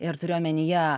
ir turiu omenyje